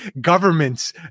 governments